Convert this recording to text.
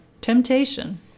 temptation